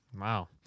Wow